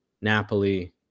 napoli